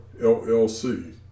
LLC